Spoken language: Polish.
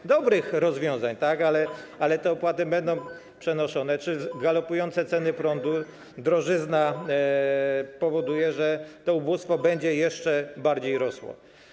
To dobre rozwiązania, ale te opłaty będą przenoszone, a galopujące ceny prądu, drożyzna spowodują, że to ubóstwo będzie jeszcze bardziej rosło.